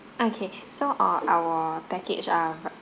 okay so err our package are